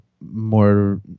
more